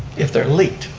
if they're leaked?